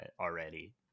already